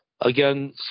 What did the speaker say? again